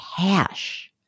cash